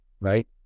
right